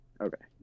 Okay